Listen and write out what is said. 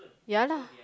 yeah lah